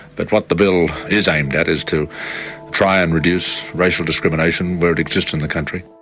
but what the bill is aimed at is to try and reduce racial discrimination where it exists in the country.